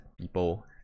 people